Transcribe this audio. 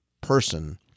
person